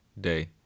day